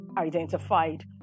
identified